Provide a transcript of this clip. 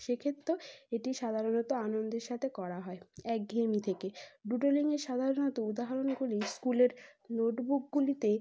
সেক্ষেত্রেও এটি সাধারণত আনন্দের সাথে করা হয় একঘেয়েমি থেকে ডুডলিংয়ে সাধারণত উদাহরণগুলি স্কুলের নোটবুকগুলিতে